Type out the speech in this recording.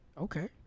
Okay